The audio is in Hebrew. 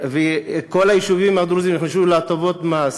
כל היישובים הדרוזיים נכנסו להטבות מס.